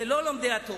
זה לא לומדי התורה.